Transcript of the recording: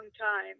time